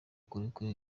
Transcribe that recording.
kurekura